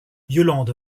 yolande